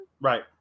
right